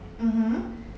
mmhmm